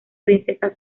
princesa